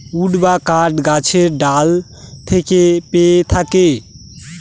would বা কাঠ গাছের ডাল থেকে পেয়ে থাকি